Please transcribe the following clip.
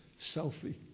selfie